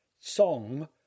song